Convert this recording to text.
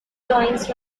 joins